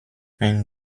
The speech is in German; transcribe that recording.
ein